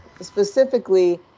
specifically